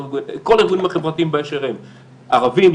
את כל הארגונים החברתיים באשר הם ערבים,